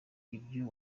ibyo